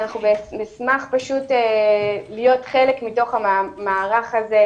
נשמח להיות חלק מתוך המערך הזה,